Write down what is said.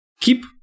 keep